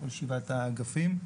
כל שבעת האגפים.